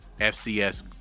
FCS